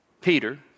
Peter